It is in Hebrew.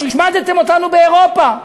השמדתם אותנו באירופה.